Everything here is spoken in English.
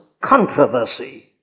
controversy